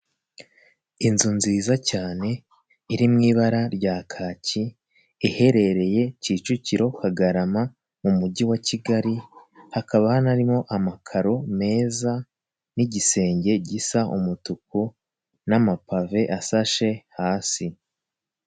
Inzu nziza cyane iri mu ibara rya kaki iherereye Kicukiro-Kagarama, mu mujyi wa Kigali, hakaba hanarimo amakaro meza n'igisenge gisa umutuku n'amapave asashe hasi.